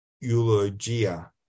eulogia